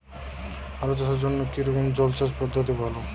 আলু চাষের জন্য কী রকম জলসেচ পদ্ধতি ভালো?